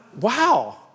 Wow